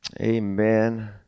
Amen